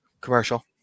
Commercial